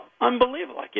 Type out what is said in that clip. unbelievable